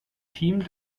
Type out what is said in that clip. team